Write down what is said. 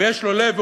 ויש לו לב,